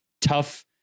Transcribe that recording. tough